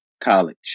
College